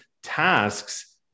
tasks